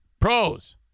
Pros